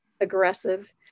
aggressive